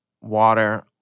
water